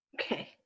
Okay